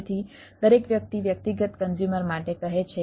તેથી દરેક વ્યક્તિ વ્યક્તિગત કન્ઝ્યુમર છે